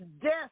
death